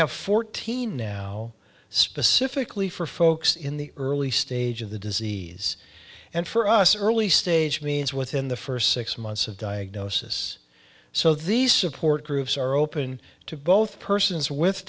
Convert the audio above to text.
have fourteen now specifically for folks in the early stage of the disease and for us early stage means within the first six months of diagnosis so these support groups are open to both persons with